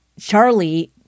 Charlie